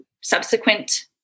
subsequent